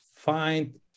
find